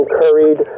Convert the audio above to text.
curried